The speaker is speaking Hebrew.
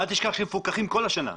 אל תשכח שהם מפוקחים כל השנה.